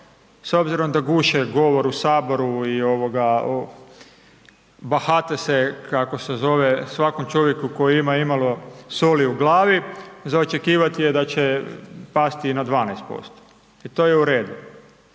s obzirom da guše govor u Saboru i bahate se kako se zove, svakom čovjeku koji ima imalo „soli u glavi“, za očekivat je da će pasti i na 12% i to je u redu.